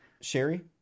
Sherry